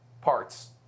parts